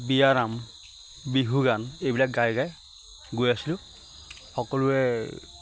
বিয়ানাম বিহু গান এইবিলাক গাই গাই গৈ আছিলোঁ সকলোৱে